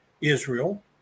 Israel